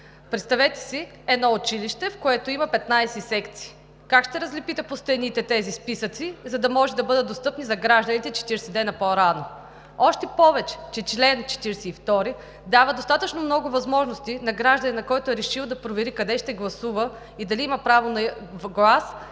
Представете си едно училище, в което има 15 секции. Как ще разлепите по стените тези списъци, за да може да бъдат достъпни за гражданите 40 дни по-рано? Още повече че чл. 42 дава достатъчно много възможности на гражданина, който е решил, да провери къде ще гласува и дали има право на глас,